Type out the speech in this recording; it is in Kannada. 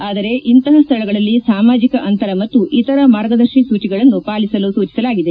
ಆದರೆ ಇಂತಹ ಸ್ಥಳಗಳಲ್ಲಿ ಸಾಮಾಜಿಕ ಅಂತರ ಮತ್ತು ಇತರ ಮಾರ್ಗಸೂಚಿಗಳನ್ನು ಪಾಲಿಸಲು ಸೂಚಿಸಲಾಗಿದೆ